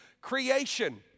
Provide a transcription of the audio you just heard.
creation